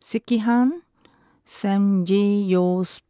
Sekihan Samgeyopsal